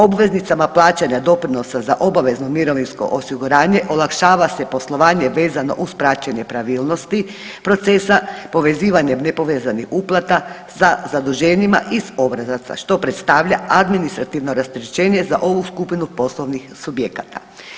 Obveznicama plaćanja doprinosa za obavezno mirovinsko osiguranje olakšava se poslovanje vezano uz praćenje pravilnosti procesa, povezivanje nepovezanih uplata sa zaduženjima iz obrazaca, što predstavlja administrativno rasterećenje za ovu skupinu poslovnih subjekata.